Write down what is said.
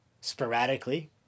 sporadically